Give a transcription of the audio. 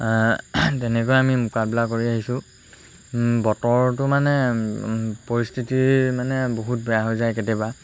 তেনেকৈ আমি মোকাবিলা কৰি আহিছোঁ বতৰটো মানে পৰিস্থিতি মানে বহুত বেয়া হৈ যায় কেতিয়াবা